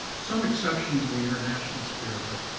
some exceptions in the international sphere, but,